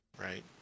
right